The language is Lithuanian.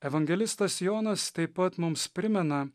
evangelistas jonas taip pat mums primena